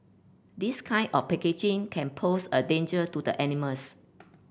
this kind of packaging can pose a danger to the animals